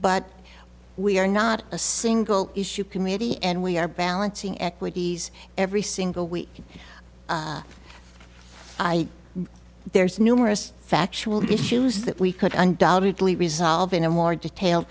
but we are not a single issue committee and we are balancing equities every single week i there's numerous factual issues that we could undoubtedly resolve in a more detailed